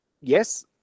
yes